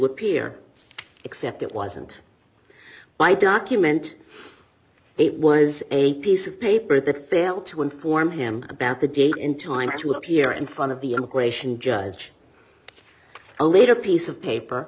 appear except it wasn't my document it was a piece of paper that failed to inform him about the date in time to appear in front of the immigration judge a later piece of paper